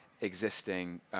existing